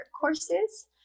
courses